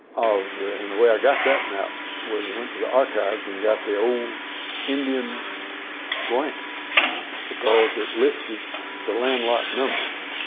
of the and the way i got that map was i went to the archives and got the old indian grant because it listed the land lot numbers,